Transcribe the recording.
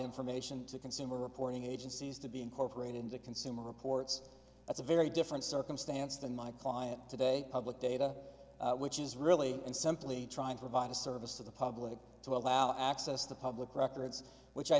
information to consumer reporting agencies to be incorporated into consumer reports that's a very different circumstance than my client today public data which is really and simply trying to provide a service to the public to allow access to public records which i